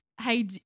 hey